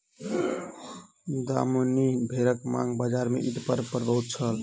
दामनी भेड़क मांग बजार में ईद पर्व पर बहुत छल